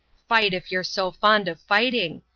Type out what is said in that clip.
fight, if you're so fond of fighting!